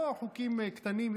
לא חוקים קטנים,